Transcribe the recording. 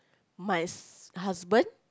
my husband